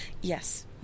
yes